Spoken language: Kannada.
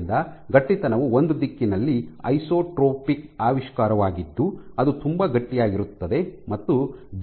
ಆದ್ದರಿಂದ ಗಟ್ಟಿತನವು ಒಂದು ದಿಕ್ಕಿನಲ್ಲಿ ಐಸೊಟ್ರೊಪಿಕ್ ಆವಿಷ್ಕಾರವಾಗಿದ್ದು ಅದು ತುಂಬಾ ಗಟ್ಟಿಯಾಗಿರುತ್ತದೆ ಮತ್ತು